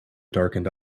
darkened